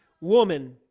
woman